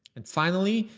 and finally,